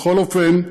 בכל אופן,